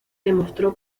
demostró